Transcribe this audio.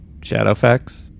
Shadowfax